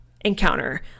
encounter